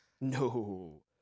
No